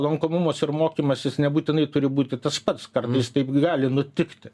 lankomumas ir mokymasis nebūtinai turi būti tas pats kartais taip gali nutikti